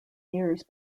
years